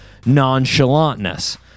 nonchalantness